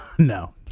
No